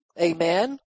Amen